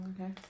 okay